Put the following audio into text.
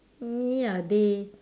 ya they